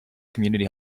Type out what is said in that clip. community